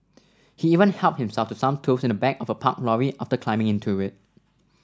he even helped himself to some tools in the back of a parked lorry after climbing into it